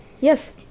Yes